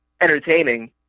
entertaining